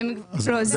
זאת